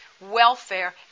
welfare